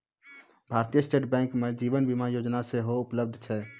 भारतीय स्टेट बैंको मे जीवन बीमा योजना सेहो उपलब्ध छै